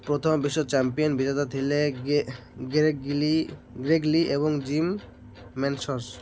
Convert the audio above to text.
ପ୍ରଥମ ବିଶ୍ୱ ଚମ୍ପିଅନ୍ ବିଜେତା ଥିଲେ ଗେ ଗିଲ ଗିଲି ଗ୍ରେଗଲି ଏବଂ ଜିମ ମେନ୍ଜେସ